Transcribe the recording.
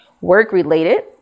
work-related